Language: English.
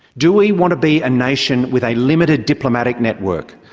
do we want to be a nation with a limited diplomatic network,